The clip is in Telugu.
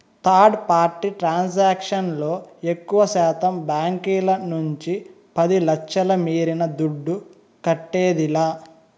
థర్డ్ పార్టీ ట్రాన్సాక్షన్ లో ఎక్కువశాతం బాంకీల నుంచి పది లచ్ఛల మీరిన దుడ్డు కట్టేదిలా